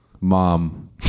mom